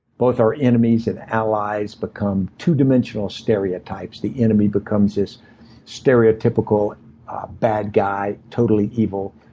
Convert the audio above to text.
both our enemies and allies become two dimensional stereotypes. the enemy becomes this stereotypical bad guy, totally evil.